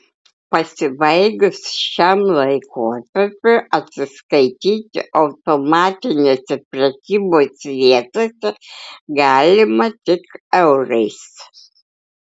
pasibaigus šiam laikotarpiui atsiskaityti automatinėse prekybos vietose galima tik eurais